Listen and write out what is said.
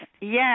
Yes